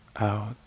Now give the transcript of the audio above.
out